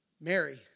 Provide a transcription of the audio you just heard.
Mary